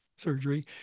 surgery